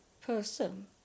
person